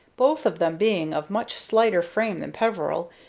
both of them being of much slighter frame than peveril,